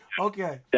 Okay